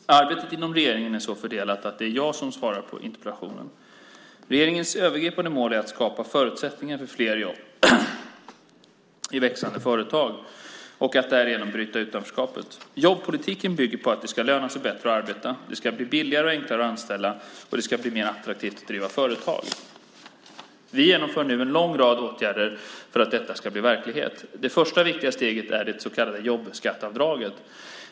Arbetet inom regeringen är så fördelat att det är jag som ska svara på interpellationen. Regeringens övergripande mål är att skapa förutsättningar för fler jobb i fler och växande företag och att därigenom bryta utanförskapet. Jobbpolitiken bygger på att det ska löna sig bättre att arbeta, att det ska bli billigare och enklare att anställa och att det ska bli mer attraktivt att driva företag. Vi genomför nu en lång rad åtgärder för att detta ska bli verklighet. Det första viktiga steget är det så kallade jobbskatteavdraget.